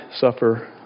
suffer